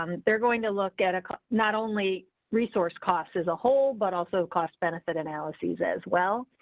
um they're going to look at not only resource costs as a whole, but also cost benefit analysis as well